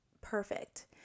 perfect